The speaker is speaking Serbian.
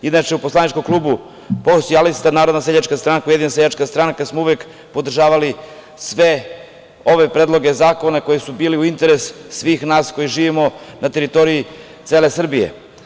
Inače, u poslaničkom klubu Pokret socijalista - Narodna seljačka stranka - Ujedinjena seljačka stranka smo uvek podržavali sve ove predloge zakona koji su bili u interesu svih nas koji živimo na teritoriji cele Srbije.